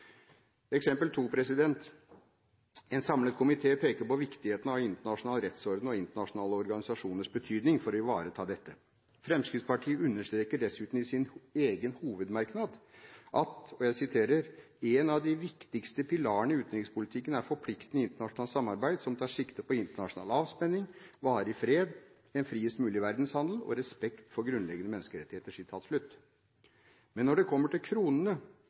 Eksempel to: En samlet komité peker på viktigheten av en internasjonal rettsorden og internasjonale organisasjoners betydning for å ivareta dette. Fremskrittspartiet understreker dessuten i sin egen hovedmerknad at «en av de viktigste pilarene i utenrikspolitikken er forpliktende internasjonalt samarbeid – som tar sikte på internasjonal avspenning, varig fred, en friest mulig verdenshandel og respekt for grunnleggende menneskerettigheter». Men når det kommer til kronene,